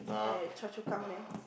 at Choa-Chu-Kang there